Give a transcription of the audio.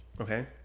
Okay